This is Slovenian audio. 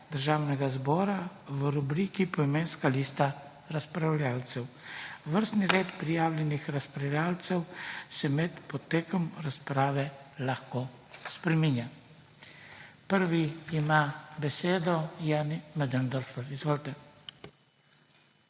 Državnega zbora v rubriki Poimenska lista razpravljavcev. Vrstni red prijavljenih razpravljavcev se med potekom razprave lahko spreminja. Prvi ima besedo Jani Möderndorfer. **JANI